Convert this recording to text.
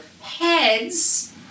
heads